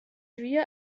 wir